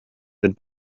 that